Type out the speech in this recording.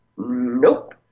Nope